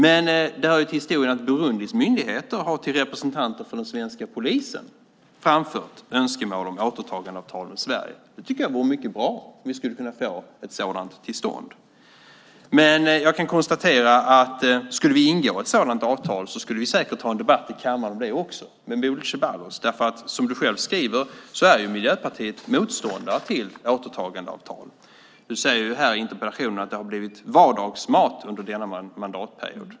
Men det hör till historien att Burundis myndigheter till representanter för den svenska polisen har framfört önskemål om återtagandeavtal med Sverige. Jag tycker att det vore mycket bra om vi skulle kunna få ett sådant till stånd. Men jag kan konstatera att om vi skulle ingå ett sådant avtal skulle vi säkert ha en debatt i kammaren med Bodil Ceballos om det också. Som du själv skriver är ju Miljöpartiet motståndare till återtagandeavtal. Du säger i interpellationen att det har blivit vardagsmat under denna mandatperiod.